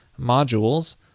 modules